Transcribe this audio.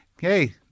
Hey